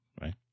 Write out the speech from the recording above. Right